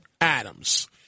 Adams